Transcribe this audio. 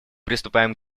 приступаем